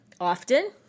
often